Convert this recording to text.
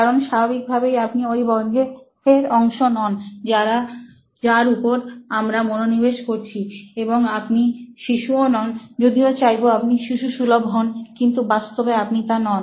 কারণ স্বাভাবিকভাবেই আপনি ওই বর্গের অংশ নন যার উপর আমরা মনোনিবেশ করছি এবং আপনি শিশুও নন যদিও চাইবো আপনি শিশুসুলভ হন কিন্তু বাস্তবে আপনি তা নন